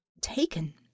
Taken